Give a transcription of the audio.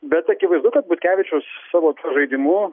bet akivaizdu kad butkevičius savo žaidimu